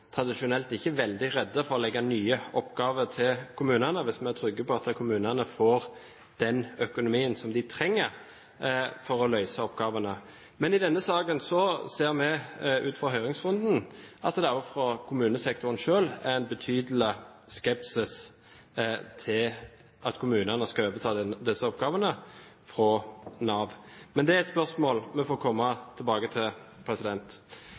er trygge på at kommunene får den økonomien som de trenger for å løse oppgavene. Men i denne saken ser vi ut fra høringsrunden at det også fra kommunesektoren selv er en betydelig skepsis til at kommunene skal overta disse oppgavene fra Nav. Men det er et spørsmål vi får komme tilbake til.